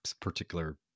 particular